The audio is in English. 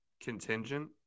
Contingent